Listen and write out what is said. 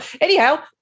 anyhow